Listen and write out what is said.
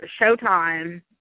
Showtime